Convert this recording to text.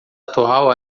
atual